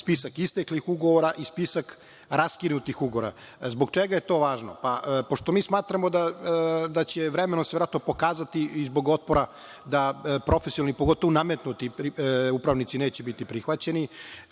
spisak isteklih ugovora i spisak raskinutih ugovora. Zbog čega je to važno? Pošto mi smatramo da će se vremenom pokazati i zbog otpora da profesionalni, pogotovo nametnuti upravnici neće biti prihvaćeni,